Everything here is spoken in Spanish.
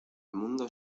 mundo